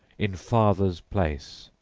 in father's place!